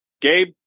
Gabe